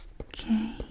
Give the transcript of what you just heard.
Okay